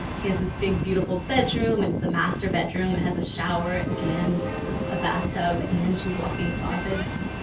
he has this big, beautiful bedroom. it's the master bedroom. it has a shower and a bathtub and two walk-in closets.